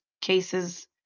cases